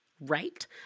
Right